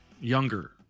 younger